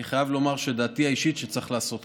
אני חייב לומר שדעתי האישית היא שצריך לעשות כך,